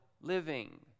living